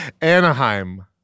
Anaheim